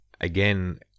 again